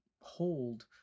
hold